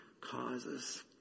causes